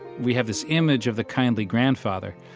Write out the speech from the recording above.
we have this image of the kindly grandfather,